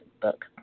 book